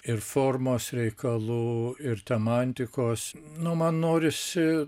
ir formos reikalų ir temantikos nu man norisi